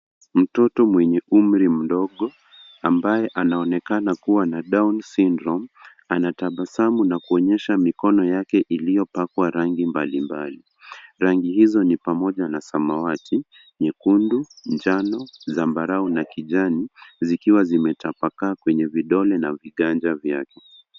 Mtoto mwenye umri mdogo ambaye anaonekana kuwa na down syndrome anatabasamu na kuonyesha mikono yake ilipakwa rangi mbalimbali . Rangi hizo ni pamoja na samawati, nyekundu, njano, sambarau na kijani zikiwa zimetapakaa kwenye vidole vya viganja vyake.